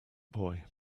boy